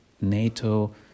NATO